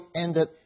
Ended